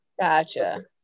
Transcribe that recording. Gotcha